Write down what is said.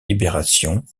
libération